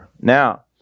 Now